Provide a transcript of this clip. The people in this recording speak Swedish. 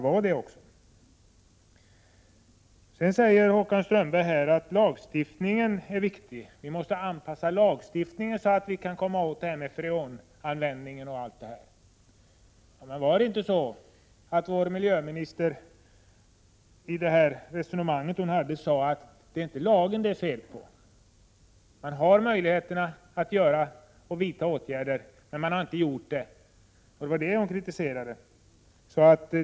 Vidare säger Håkan Strömberg att lagstiftning är viktig. Vi måste anpassa lagstiftningen så att vi kan komma åt freonanvändningen. Men sade inte vår miljöminister i sitt resonemang om de här frågorna att det inte är lagen det är fel på. Man har möjligheter att vidta åtgärder, men man har inte gjort det. Det var det hon kritiserade.